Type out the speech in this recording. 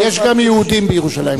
יש גם יהודים בירושלים.